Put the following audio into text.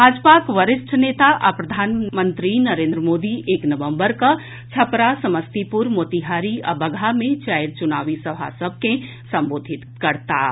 भाजपाक वरिष्ठ नेता आ प्रधानमंत्री नरेन्द्र मोदी एक नवम्बर कऽ छपरा समस्तीपुर मोतिहारी आ बगहा मे चारि चुनावी सभा सभ के संबोधित करताह